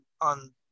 on